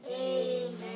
Amen